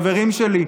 חברים שלי,